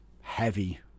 heavy